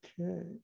Okay